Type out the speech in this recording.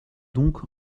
donc